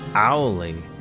Owly